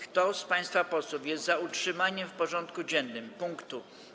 Kto z państwa posłów jest za utrzymaniem w porządku dziennym punktu: